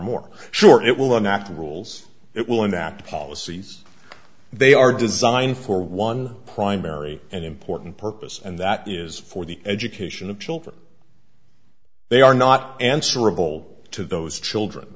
more sure it will enact rules it will enact policies they are designed for one primary and important purpose and that is for the education of children they are not answerable to those children